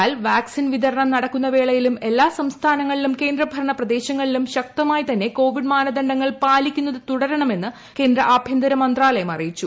എന്നാൽ വാക്സിിൻ വിതരണം നടക്കുന്ന വേളയിലും എല്ലാ സംസ്ഥാനങ്ങളൂം ക്രേന്ദ്രഭരണ പ്രദേശങ്ങളും ശക്തമായിതന്നെ കോവിഡ് മ്യാന്ദ്ണ്ഡങ്ങൾ പാലിക്കുന്നത് തുടരുണമെന്ന് കേന്ദ്ര ആഭ്യന്ത്ര് മിന്താലയം അറിയിച്ചു